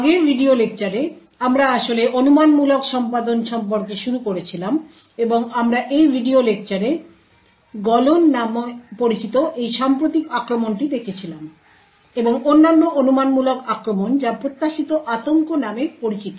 আগের ভিডিও লেকচারে আমরা আসলে অনুমানমূলক সম্পাদন সম্পর্কে শুরু করেছিলাম এবং আমরা এই ভিডিও লেকচারে মেল্টডাউন নামে পরিচিত এই সাম্প্রতিক আক্রমণটি দেখেছিলাম এবং অন্যান্য অনুমানমূলক আক্রমণ যা প্রত্যাশিত আতঙ্ক নামে পরিচিত